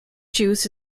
juice